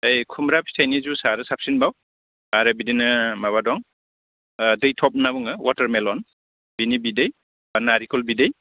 ओइ खुमब्रा फिथाइनि जुसआ आरो साबसिनबाव आरो बिदिनो माबा दं दैथब होनना बुङो वाटारमेलन बेनि बिदै बा नारेंखल बिदै